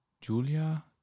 Julia